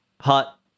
Hot